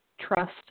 Trust